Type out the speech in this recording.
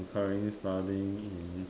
currently studying in